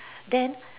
then